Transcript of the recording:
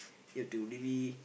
you've to really